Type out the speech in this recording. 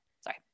Sorry